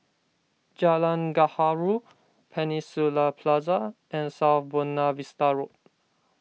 Jalan Gaharu Peninsula Plaza and South Buona Vista Road